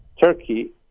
turkey